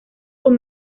con